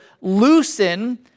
loosen